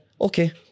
okay